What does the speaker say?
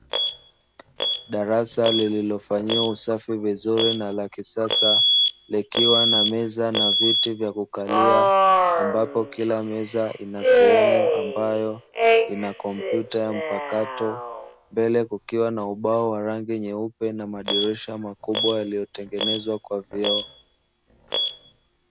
Darasa liliofanyiwa usafi vizuri na la kisasa, likiwa na meza na viti vya kukalia ambapo kila meza inasehemu ambayo ina kompyuta ya mpakato, mbele kukiwa na ubao wa rangi nyeupe na madirisha makubwa yaliyotengenezwa kwa vioo.